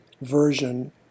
version